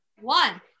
one